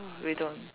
we don't